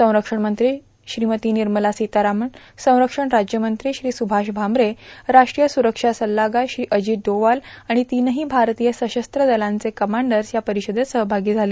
संरक्षण मंत्री श्रीमती निर्मला सितारामन् संरक्षण राज्यमंत्री श्री सुभाष भामरे राष्ट्रीय सुरक्षा सल्लागार श्री अजित डोवाल आणि तीनही भारतीय सशस्त्र दलांचे कमांडर्स या परिषदेत सहभागी झाले